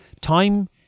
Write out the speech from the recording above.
Time